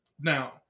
Now